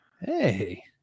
hey